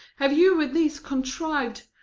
have you with these contriv'd,